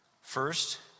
First